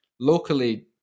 locally